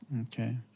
Okay